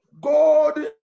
God